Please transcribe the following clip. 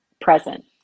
present